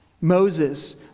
Moses